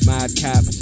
Madcap